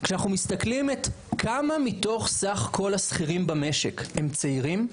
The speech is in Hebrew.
כשאנחנו מסתכלים על כמה מסך כל השכירים במשק הם צעירים,